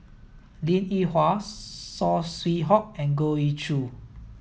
Linn In Hua Saw Swee Hock and Goh Ee Choo